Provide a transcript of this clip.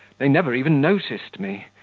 they never even noticed me,